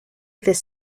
this